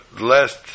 last